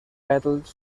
pètals